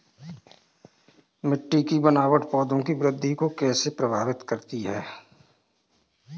मिट्टी की बनावट पौधों की वृद्धि को कैसे प्रभावित करती है?